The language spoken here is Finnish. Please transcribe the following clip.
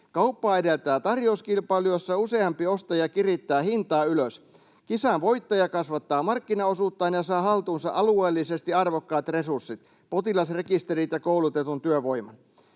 Kauppaa edeltää tarjouskilpailu, jossa useampi ostaja kirittää hintaa ylös. Kisan voittaja kasvattaa markkinaosuuttaan ja saa haltuunsa alueellisesti arvokkaat resurssit — potilasrekisterit ja koulutetun työvoiman.”